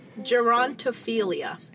Gerontophilia